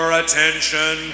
attention